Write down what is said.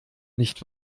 nicht